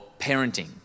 parenting